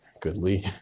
goodly